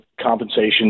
compensation